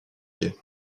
gay